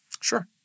Sure